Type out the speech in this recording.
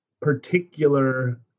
particular